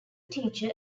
teacher